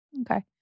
Okay